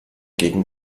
gegen